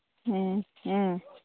ꯎꯝ ꯎꯝ